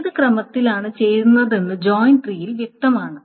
ഏത് ക്രമത്തിലാണ് ചേരുന്നതെന്ന് ജോയിൻ ട്രീയിൽ വ്യക്തമാണ്